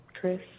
Chris